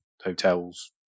hotels